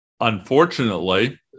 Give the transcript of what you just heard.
Unfortunately